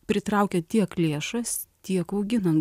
pritraukia tiek lėšas tiek auginant